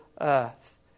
earth